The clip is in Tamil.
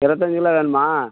இருபத்தஞ்சு கிலோ வேணுமா